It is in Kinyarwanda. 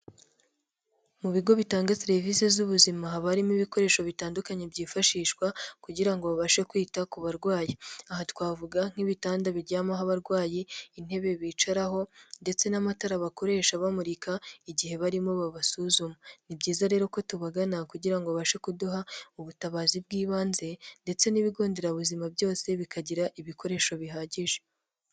Mu bigo bitanga serivisi z'ubuzima haba harimo ibikoresho bitandukanye byifashishwa kugira ngo babashe kwita ku barwayi aha twavuga nk'ibitanda biryamaho abarwayi intebe bicaraho ndetse n'amatara bakoresha bamurika igihe barimo babasuzuma, ni byiza rero ko tubagana kugira ngo babashe kuduha ubutabazi bw'ibanze ndetse n'ibigo nderabuzima byose bikagira ibikoresho bihagije.